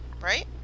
right